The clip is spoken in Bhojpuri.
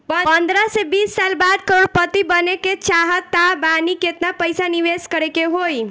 पंद्रह से बीस साल बाद करोड़ पति बने के चाहता बानी केतना पइसा निवेस करे के होई?